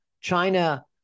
China